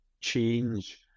change